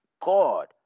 God